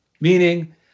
Meaning –